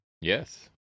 Yes